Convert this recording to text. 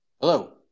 Hello